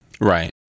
Right